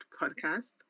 podcast